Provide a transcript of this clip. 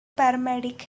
paramedic